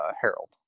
Harold